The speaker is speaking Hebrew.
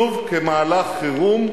שוב, כמהלך חירום,